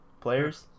players